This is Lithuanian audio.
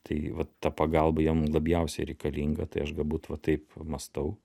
tai va ta pagalba jiem labiausiai reikalinga tai aš galbūt va taip mąstau